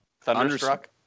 Thunderstruck